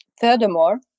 Furthermore